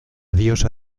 diosa